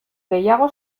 gehiago